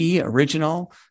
original